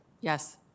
Yes